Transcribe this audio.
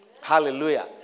Hallelujah